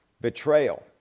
betrayal